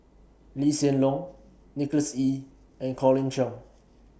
Lee Hsien Loong Nicholas Ee and Colin Cheong